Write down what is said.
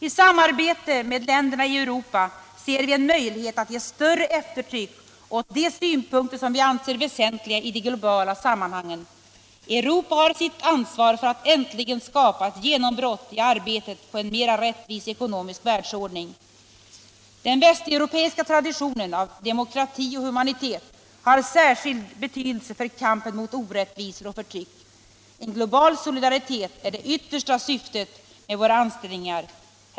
I samarbete med länderna i Europa ser vi en möjlighet att ge större eftertryck åt de synpunkter som vi anser väsentliga i de globala sammanhangen. Europa har sitt ansvar för att äntligen skapa ett genombrott i arbetet på en mera rättvis ekonomisk världsordning. Den västeuropeiska traditionen av demokrati och humanitet har särskild betydelse för kampen mot orättvisor och förtryck. En global solidaritet är det yttersta syftet med våra ansträngningar.